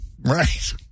Right